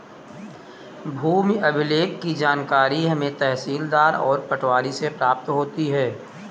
भूमि अभिलेख की जानकारी हमें तहसीलदार और पटवारी से प्राप्त होती है